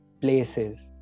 places